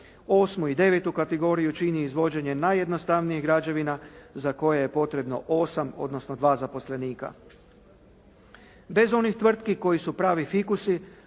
8. i 9. kategoriju čini izvođenje najjednostavnijih građevina za koje je potrebno 8, odnosno 2 zaposlenika. Bez onih tvrtki koje su pravi fikusi,